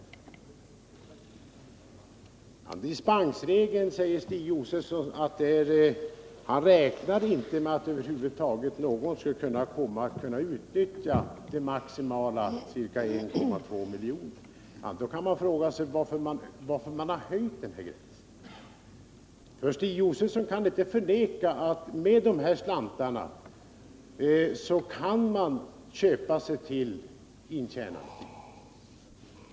Stig Josefson räknar inte med att någon över huvud taget kommer att kunna utnyttja det maximala beloppet på ca 1,2 milj.kr. Då kan man fråga sig varför man höjt gränsen. Stig Josefson kan inte förneka att man med de här slantarna kan köpa sig till intjänad tid.